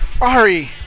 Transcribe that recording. Ari